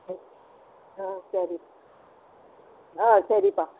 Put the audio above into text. சரி ஆ சரி ஆ சரிப்பா